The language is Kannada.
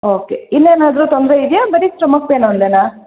ಓಕೆ ಇನ್ನೇನಾದರೂ ತೊಂದರೆ ಇದೆಯಾ ಬರೀ ಸ್ಟಮಕ್ ಪೇಯ್ನ್ ಒಂದೇನಾ